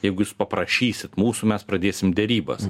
jeigu jūs paprašysit mūsų mes pradėsim derybas